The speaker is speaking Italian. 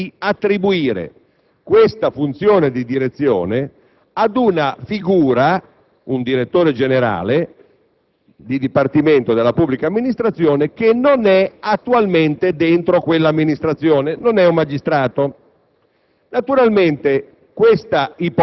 C'è una norma che prevede che esista un'attività di direzione svolta da qualcuno che è negli organici di una amministrazione, in questo caso gli organici della Giustizia.